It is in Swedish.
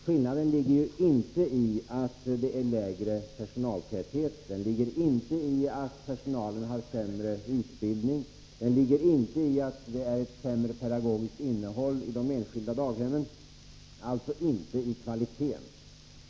Skillnaden ligger ju inte i att det är lägre personaltäthet, att personalen har sämre löner eller utbildning eller att det är sämre pedagogiskt innehåll i de enskilda daghemmen -— alltså inte i kvaliteten.